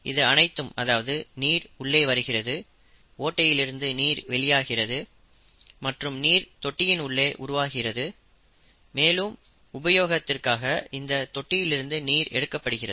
இது அனைத்தும் அதாவது நீர் உள்ளே வருகிறது ஓட்டையில் இருந்து நீர் வெளியாகிறது மற்றும் நீர் தொட்டியின் உள்ளே உருவாகிறது மேலும் உபயோகத்திற்காக இந்த தொட்டியில் இருந்து நீர் எடுக்கப்படுகிறது